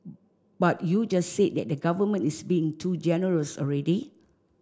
but you just said that the government is being too generous already